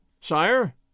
Sire